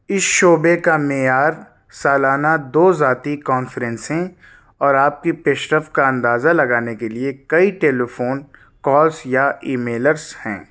اس شعبے کا معیار سالانہ دو ذاتی کانفرنسیں اور آپ کی پیش رفت کا اندازہ لگانے کے لیے کئی ٹیلی فون کالس یا ای میلس ہیں